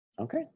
Okay